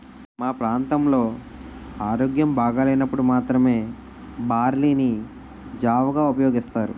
మా ప్రాంతంలో ఆరోగ్యం బాగోలేనప్పుడు మాత్రమే బార్లీ ని జావగా ఉపయోగిస్తారు